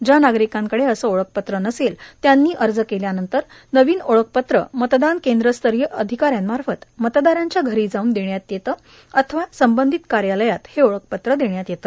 ज्या नागरिकांकडे असे ओळखपत्र नसेल त्यांनी अर्ज केल्यानंतर नवीन ओळखपत्र मतदान केंद्रस्तरीय अधिकाऱ्यांमार्फत मतदारांच्या घरी जाऊन देण्यात येते अथवा संबंधित कार्यालयात हे ओळखपत्र देण्यात येते